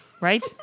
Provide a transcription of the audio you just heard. Right